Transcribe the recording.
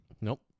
Nope